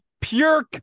pure